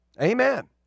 amen